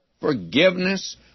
forgiveness